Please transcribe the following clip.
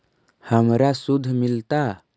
हमरा शुद्ध मिलता?